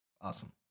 Awesome